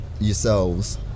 yourselves